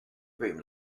room